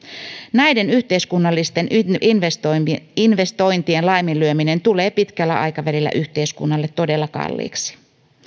näiden yhteiskunnallisten investointien laiminlyöminen tulee pitkällä aikavälillä yhteiskunnalle todella kalliiksi